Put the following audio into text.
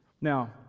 Now